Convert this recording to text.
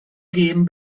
gêm